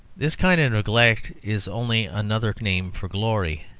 this kind of neglect is only another name for glory.